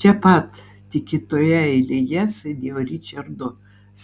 čia pat tik kitoje eilėje sėdėjo ričardo